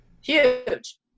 Huge